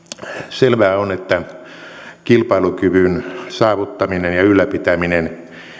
selvää on että kilpailukyvyn saavuttaminen ja ja ylläpitäminen